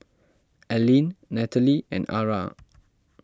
Allene Nataly and Arah